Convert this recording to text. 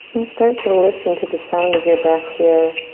and start to listen to the sound of your breath here.